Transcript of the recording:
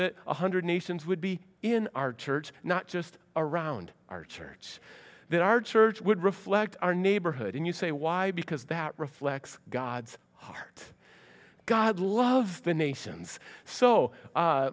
that one hundred nations would be in our church not just around our church then our church would reflect our neighborhood and you say why because that reflects god's heart god love the nations so